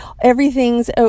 Everything's